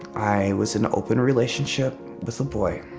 i was an open relationship with a boy,